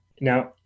Now